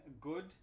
good